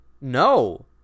No